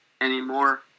anymore